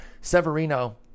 Severino